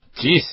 Jeez